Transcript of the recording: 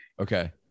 Okay